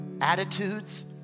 attitudes